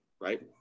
right